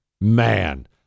Man